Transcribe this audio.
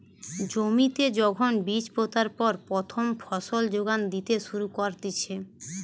জমিতে যখন বীজ পোতার পর প্রথম ফসল যোগান দিতে শুরু করতিছে